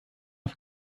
auf